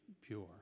pure